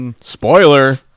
Spoiler